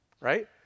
right